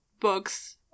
books